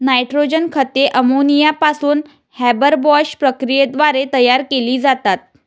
nitrogen खते ammonia पासून हॅबरबॉश प्रक्रियेद्वारे तयार केली जातात